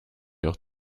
auch